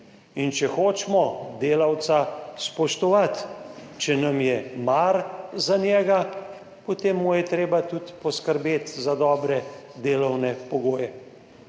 in če hočemo delavca spoštovati, če nam je mar za njega, potem je treba tudi poskrbeti za dobre delovne pogoje.